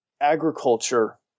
agriculture